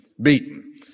beaten